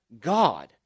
God